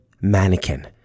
mannequin